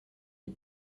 est